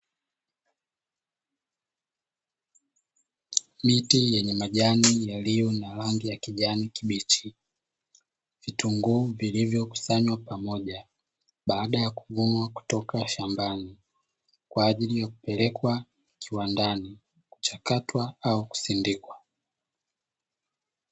Miti yenye majani yaliyo na rangi ya kijani kibichi, vitunguu vilivyokusanywa pamoja baada ya kuvunwa kutoka shambani kwaajiri ya kupelekwa kiwandani, kuchakatwa au kusindikwa.